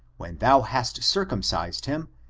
when thou hast circumcised him,